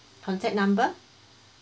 contact number